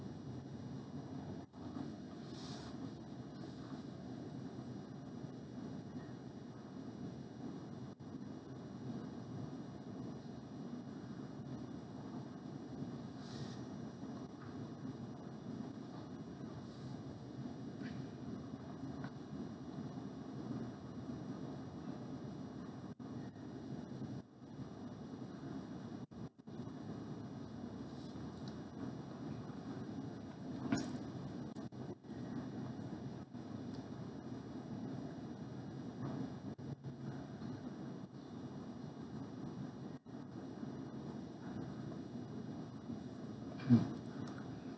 mm